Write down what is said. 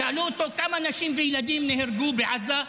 שאלו אותו כמה נשים וילדים נהרגו בעזה.